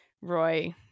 Roy